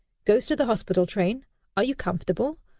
goes to the hospital train are you comfortable?